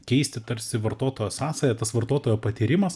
keisti tarsi vartotojo sąsają tas vartotojo patyrimas